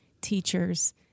teachers